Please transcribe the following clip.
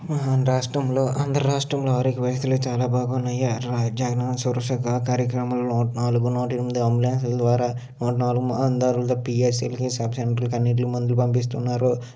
మహారాష్ట్రలో ఆంధ్రరాష్ట్రంలో ఆరోగ్య పరిస్థులు చాలా బాగున్నాయి రాజ్యాంగం శురశఖ కార్యక్రమంలో నాలుగు నూట ఎనిమిది అంబులెన్సుల ద్వారా నూట నాలుగు అంధారులు పియస్లకి సబ్సెంటర్లకి అన్నిట్లకి మందులు పంపిస్తున్నారు